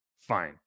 fine